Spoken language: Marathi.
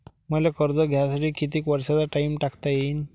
मले कर्ज घ्यासाठी कितीक वर्षाचा टाइम टाकता येईन?